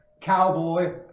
cowboy